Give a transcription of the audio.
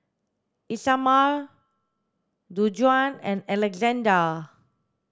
Isamar Djuana and Alexzander